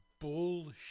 bullshit